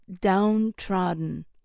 downtrodden